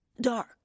dark